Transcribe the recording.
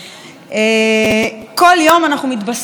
כל יום אנחנו מתבשרים על עוד יוזמה ועוד